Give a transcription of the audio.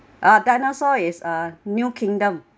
uh dinosaur is a new kingdom